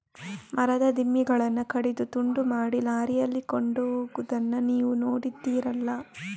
ಮರದ ದಿಮ್ಮಿಗಳನ್ನ ಕಡಿದು ತುಂಡು ಮಾಡಿ ಲಾರಿಯಲ್ಲಿ ಕೊಂಡೋಗುದನ್ನ ನೀವು ನೋಡಿದ್ದೀರಲ್ಲ